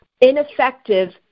ineffective